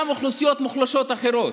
גם אוכלוסיות מוחלשות אחרות,